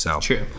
True